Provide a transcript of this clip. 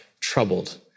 Troubled